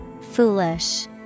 Foolish